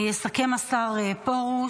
יסכם השר פרוש.